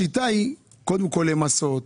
השיטה היא קודם כל למסות,